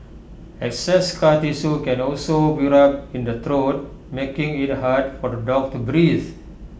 excess scar tissue can also build up in the throat making IT hard for the dog to breathe